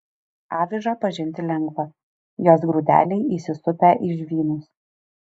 avižą pažinti lengva jos grūdeliai įsisupę į žvynus